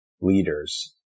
leaders